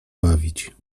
bawić